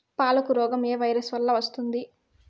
పాలకు రోగం ఏ వైరస్ వల్ల వస్తుంది?